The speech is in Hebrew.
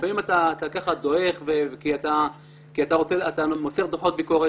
לפעמים אתה דועך כי אתה מוסר דוחות ביקורת